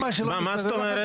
מה זאת אומרת?